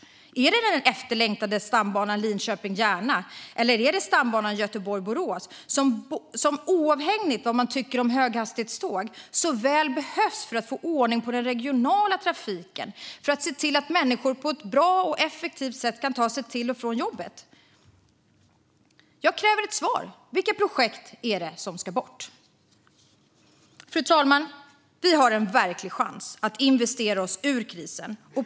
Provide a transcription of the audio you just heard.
Är det den efterlängtade stambanan mellan Linköping och Järna eller stambanan mellan Göteborg och Borås, som oavsett vad man tycker om höghastighetståg så väl behövs för att få ordning på den regionala trafiken så att människor kan ta sig till och från jobbet på ett bra och effektivt sätt? Jag kräver ett svar. Vilka projekt är det som ska bort? Fru talman! Vi har en verklig chans att investera oss ur krisen.